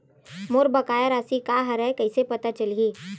मोर बकाया राशि का हरय कइसे पता चलहि?